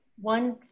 one